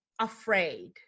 afraid